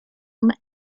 and